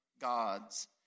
God's